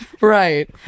Right